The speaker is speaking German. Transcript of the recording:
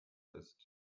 ist